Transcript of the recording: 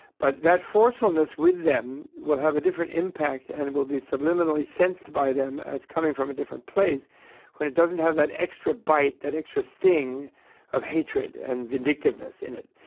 but that forcefulness with them will have a different impact, and it will be subliminally sensed by them as coming from a different place when it doesn't have that extra bite, that extra sting of hatred and vindictiveness in it.